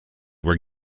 were